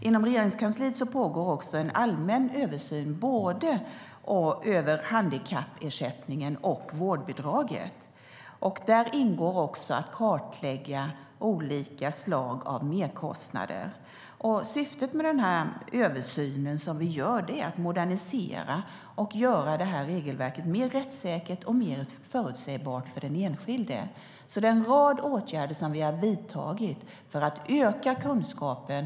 Inom Regeringskansliet pågår också en allmän översyn, både över handikappersättningen och vårdbidraget. Där ingår även att kartlägga olika slags merkostnader. Syftet med översynen är att modernisera och göra regelverket mer rättssäkert och mer förutsägbart för den enskilde. Vi har alltså vidtagit en rad åtgärder för att öka kunskapen.